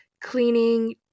cleaning